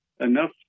enough